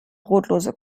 brotlose